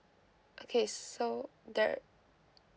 okay so there